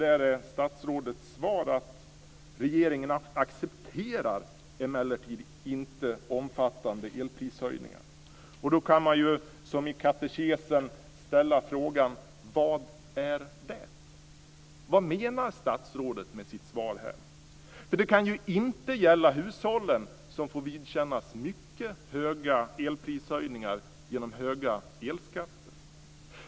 Där är statsrådets svar: Regeringen accepterar emellertid inte omfattande elprishöjningar. Då kan man, som i katekesen, ställa frågan: Vad är det? Vad menar statsrådet med sitt svar? Det kan inte gälla hushållen, som får vidkännas mycket höga elprishöjningar genom höga elskatter.